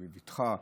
בבטחה,